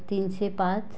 तीनशे पाच